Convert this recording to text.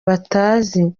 batazi